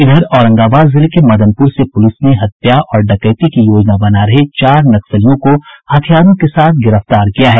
इधर औरंगाबाद जिले के मदनपुर से पुलिस ने हत्या और डकैती की योजना बना रहे चार नक्सलियों को गिरफ्तार किया है